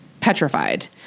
petrified